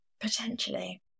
Potentially